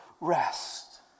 rest